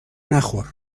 نخور